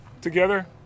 together